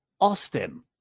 Austin